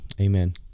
amen